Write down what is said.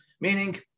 meaning